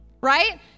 Right